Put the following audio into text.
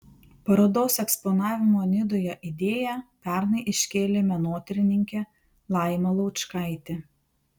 parodos eksponavimo nidoje idėją pernai iškėlė menotyrininkė laima laučkaitė